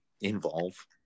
involve